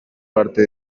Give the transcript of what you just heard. parte